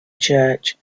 church